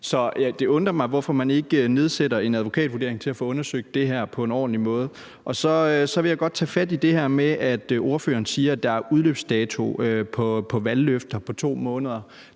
Så det undrer mig, hvorfor man ikke får lavet en advokatundersøgelse til at få undersøgt det her på en ordentlig måde. Og så vil jeg godt tage fat i det her med, at ordføreren siger, at der er en udløbsdato på valgløfter på 2 måneder.